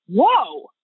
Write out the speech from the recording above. whoa